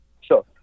Sure